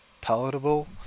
palatable